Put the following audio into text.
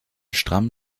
stramm